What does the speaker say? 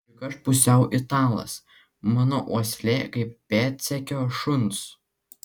juk aš pusiau italas mano uoslė kaip pėdsekio šuns